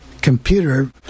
computer